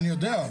אני יודע.